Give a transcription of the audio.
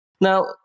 Now